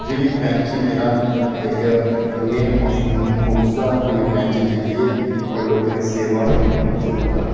जेह्ड़ी पैंची मेरा इक मेन फोकस था कि में पैंच जित्तियै और लोकें दी सेवा जेह्ड़ी शुरू करां